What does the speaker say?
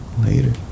later